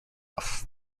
off